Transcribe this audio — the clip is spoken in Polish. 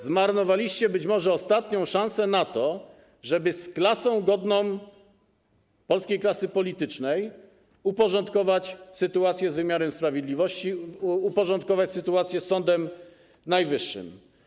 Zmarnowaliście być może ostatnią szansę na to, żeby z klasą godną polskiej klasy politycznej uporządkować sytuację z wymiarem sprawiedliwości, uporządkować sytuację z Sądem Najwyższym.